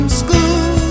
school